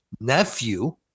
nephew